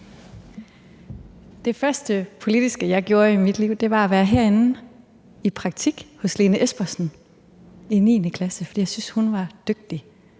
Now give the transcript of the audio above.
Det første politiske, jeg gjorde i mit liv, var at være herinde i praktik hos Lene Espersen i 9. klasse, fordi jeg syntes, hun var dygtig.